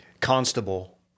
Constable